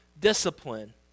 discipline